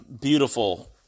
beautiful